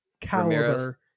caliber